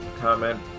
comment